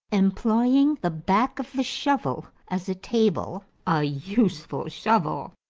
employing the back of the shovel as a table. a useful shovel!